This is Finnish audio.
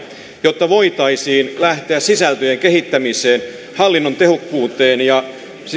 jotta voitaisiin lähteä sisältöjen kehittämiseen hallinnon tehokkuuden parantamiseen